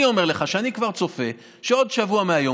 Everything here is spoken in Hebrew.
אני אומר לך שאני כבר צופה שעוד שבוע מהיום,